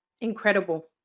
incredible